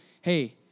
hey